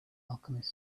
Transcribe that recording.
alchemist